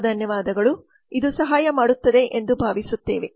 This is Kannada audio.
ತುಂಬಾ ಧನ್ಯವಾದಗಳು ಇದು ಸಹಾಯ ಮಾಡುತ್ತದೆ ಎಂದು ಭಾವಿಸುತ್ತೇವೆ